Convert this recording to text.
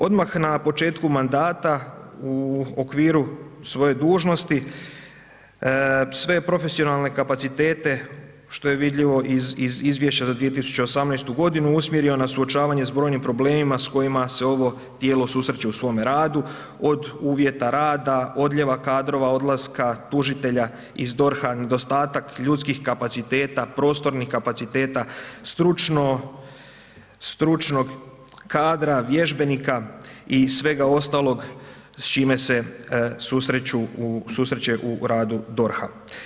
Odmah na početku mandata u okviru svoje dužnosti, sve je profesionalne kapacitete, što je vidljivo i iz Izvješće za 2018.-tu godinu, usmjerio na suočavanje s brojnim problemima s kojima se ovo tijelo susreće u svome radu, od uvjeta rada, odljeva kadrova, odlaska tužitelja iz DORH-a, nedostatak ljudskih kapaciteta, prostornih kapaciteta, stručno, stručnog kadra, vježbenika i svega ostalog s čime se susreću u, susreće u radu DORH-a.